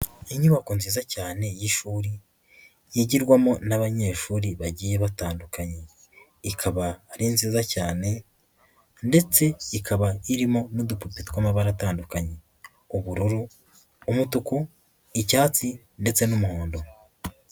Inyubako nziza cyane y'ishuri, yigirwamo n'abanyeshuri bagiye batandukanye. Ikaba ari nziza cyane ndetse ikaba irimo n'udupupe tw'amabara atandukanye: ubururu, umutuku, icyatsi ndetse n'umuhondo.